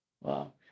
Wow